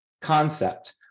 concept